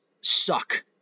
suck